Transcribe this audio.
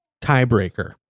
tiebreaker